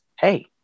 hey